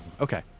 okay